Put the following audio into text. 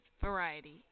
variety